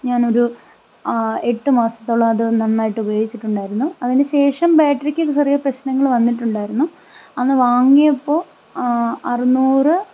ഞാനൊരു എട്ട് മാസത്തോളം അത് നന്നായിട്ട് ഉപയോഗിച്ചിട്ടുണ്ടായിരുന്നു അതിന് ശേഷം ബാറ്ററിക്ക് ചെറിയ പ്രശ്നങ്ങൾ വന്നിട്ടുണ്ടായിരുന്നു അന്ന് വാങ്ങിയപ്പോൾ അറുനൂറ്